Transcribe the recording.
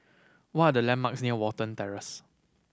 what landmarks near Watten Terrace